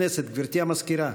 גברתי המזכירה.